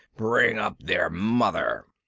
bring up their mother.